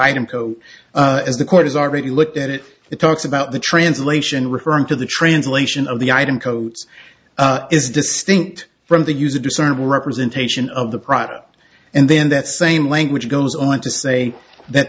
as the court has already looked at it it talks about the translation referring to the translation of the item codes is distinct from the use of discernible representation of the product and then that same language goes on to say that